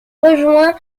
rejoint